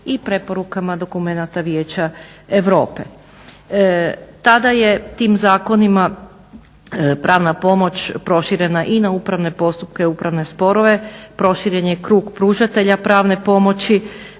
i preporukama dokumenata Vijeća Europe. Tada je tim zakonima pravna pomoć proširena i na upravne postupke i upravne sporove, proširen je krug pružatelja pravne pomoći